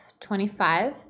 25